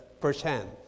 firsthand